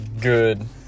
good